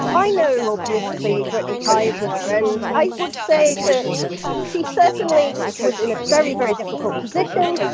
i know, obviously, brittany kaiser and i would say that she certainly was in a very, very difficult position,